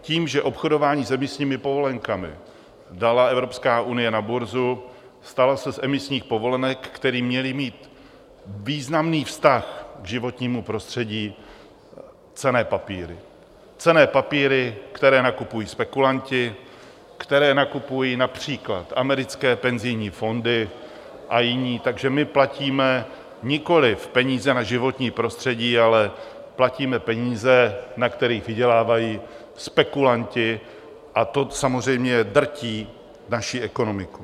Tím, že obchodování s emisními povolenkami dala Evropská unie na burzu, staly se z emisních povolenek, který měly mít významný vztah k životnímu prostředí, cenné papíry, které nakupují spekulanti, které nakupují například americké penzijní fondy a jiní, takže my platíme nikoliv peníze na životní prostředí, ale platíme peníze, na kterých vydělávají spekulanti, a to samozřejmě drtí naší ekonomiku.